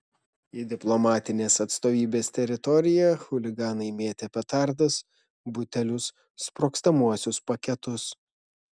į diplomatinės atstovybės teritoriją chuliganai mėtė petardas butelius sprogstamuosius paketus